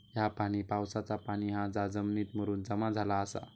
ह्या पाणी पावसाचा पाणी हा जा जमिनीत मुरून जमा झाला आसा